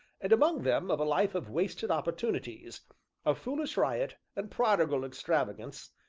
and among them of a life of wasted opportunities of foolish riot, and prodigal extravagance,